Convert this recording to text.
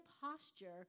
posture